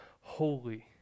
holy